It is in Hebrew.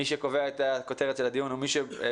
מי שקובע את הכותרת של הדיון הוא מי שבוחר